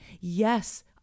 yes